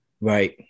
Right